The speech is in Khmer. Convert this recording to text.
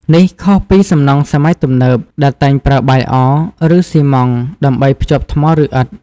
នេះខុសពីសំណង់សម័យទំនើបដែលតែងប្រើបាយអ ឬស៊ីម៉ងត៍ដើម្បីភ្ជាប់ថ្ម ឬឥដ្ឋ។